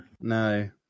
No